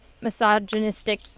misogynistic